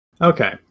okay